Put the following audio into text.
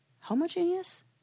Homogeneous